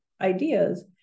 ideas